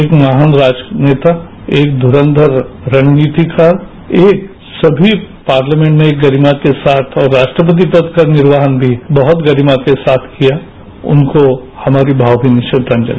एक महान राष्ट्रनेता एक धुखंर रणनीतिकार एक सभी पार्लियामेंट में गरिया के साथ और राष्ट्रपति पद का निर्वहन भी बहुत गरिमा के साथ किया उनको हमारी भावभीनी श्रद्धांजलि